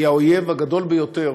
היא האויב הגדול ביותר